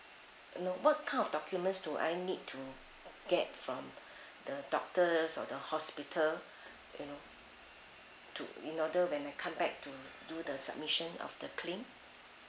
you know what kind of documents do I need to get from the doctors or the hospital you know to in order when I come back to do the submission of the claim